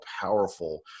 powerful